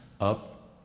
up